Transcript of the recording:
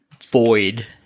void